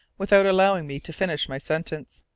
without allowing me to finish my sentence.